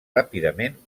ràpidament